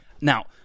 Now